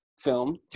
film